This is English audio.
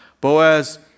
Boaz